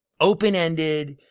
open-ended